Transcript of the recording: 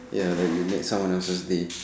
ya but you made someone else's day